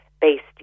based